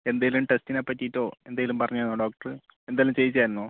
എന്തെങ്കിലും ടെസ്റ്റിനെ പറ്റിയിട്ടോ എന്തെങ്കിലും പറഞ്ഞോ ഡോക്ടറ് എന്തെങ്കിലും ചെയ്യിച്ചായിരുന്നോ